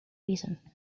reason